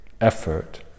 effort